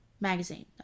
magazine